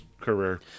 career